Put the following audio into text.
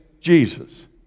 Jesus